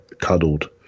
cuddled